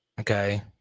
Okay